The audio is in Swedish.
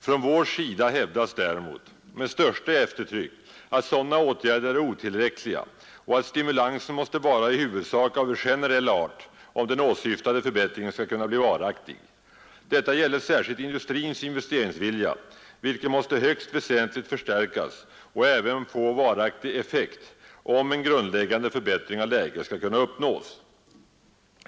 Från vår sida hävdas däremot med största eftertryck att sådana åtgärder är otillräckliga och att stimulansen måste vara i huvudsak av generell art om den åsyftade förbättringen skall kunna bli varaktig. Detta gäller särskilt industrins investeringsvilja, vilken måste högst väsentligt förstärkas och även få varaktig effekt om en grundläggande förbättring av läget skall kunna uppnås.